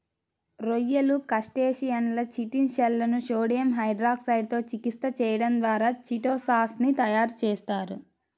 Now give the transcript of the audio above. రొయ్యలు, క్రస్టేసియన్ల చిటిన్ షెల్లను సోడియం హైడ్రాక్సైడ్ తో చికిత్స చేయడం ద్వారా చిటో సాన్ ని తయారు చేస్తారు